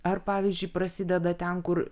ar pavyzdžiui prasideda ten kur